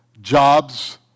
jobs